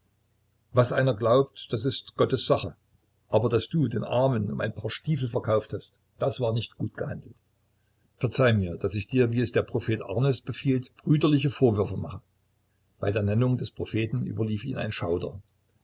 was einer glaubt das ist gottes sache aber daß du den armen um ein paar stiefel verkauft hast das war nicht gut gehandelt verzeih mir daß ich dir wie es der prophet amos befiehlt brüderliche vorwürfe mache bei der nennung des propheten überlief ihn ein schauder